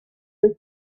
with